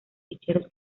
ficheros